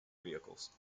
vehicles